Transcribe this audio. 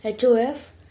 HOF